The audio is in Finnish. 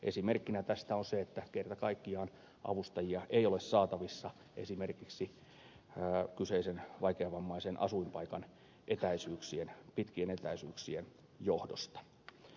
esimerkkinä tästä on se että kerta kaikkiaan avustajia ei ole saatavissa esimerkiksi kyseisen vaikeavammaisen asuinpaikan pitkien etäisyyksien johdosta